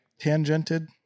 tangented